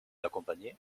accompagner